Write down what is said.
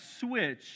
switch